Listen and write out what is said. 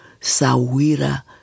Sawira